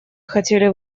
хотели